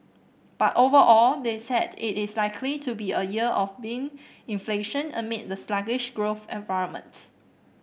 but overall they said it is likely to be a year of benign inflation amid the sluggish growth environment